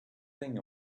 thing